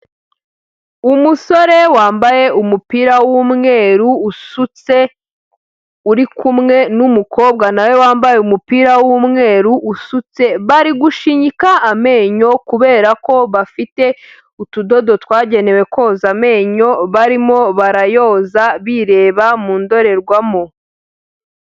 Umusore wambaye umupira w'umweru usutse, uri kumwe n'umukobwa nawe wambaye umupira w'umweru usutse, bari gushinyika amenyo kubera ko bafite utudodo twagenewe koza amenyo, barimo barayoza bireba mu ndorerwamu.